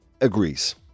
agrees